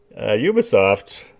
Ubisoft